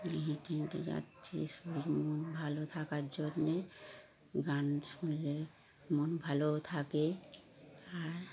হেঁটে হেঁটে যাচ্ছি শরীর মন ভালো থাকার জন্যে গান শুনলে মন ভালোও থাকে আর